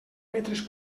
metres